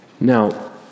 Now